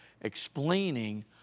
explaining